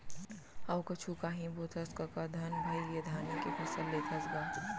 अउ कुछु कांही बोथस कका धन भइगे धाने के फसल लेथस गा?